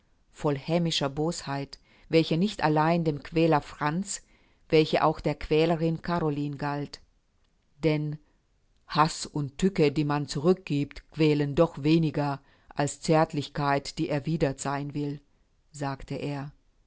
voll hämischer bosheit welche nicht allein dem quäler franz welche auch der quälerin caroline galt denn haß und tücke die man zurückgiebt quälen doch weniger als zärtlichkeit die erwidert sein will sagte er